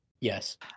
yes